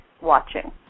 watching